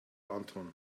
anton